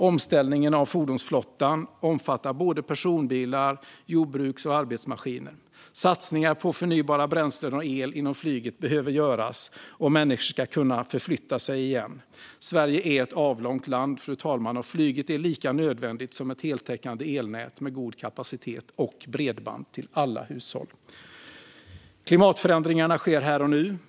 Omställningen av fordonsflottan omfattar både personbilar och jordbruks och arbetsmaskiner. Satsningar på förnybara bränslen och el inom flyget behöver göras om människor ska kunna förflytta sig igen. Sverige är ett avlångt land, fru talman, och flyget är lika nödvändigt som ett heltäckande elnät med god kapacitet och bredband till alla hushåll. Klimatförändringarna sker här och nu.